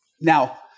Now